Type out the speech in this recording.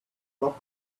clock